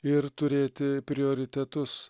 ir turėti prioritetus